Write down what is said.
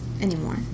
Anymore